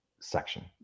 section